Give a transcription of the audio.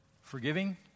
Forgiving